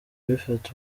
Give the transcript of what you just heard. bifata